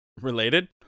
Related